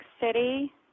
City